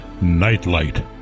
NIGHTLIGHT